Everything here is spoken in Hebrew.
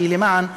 שהיא למען אזרחיה.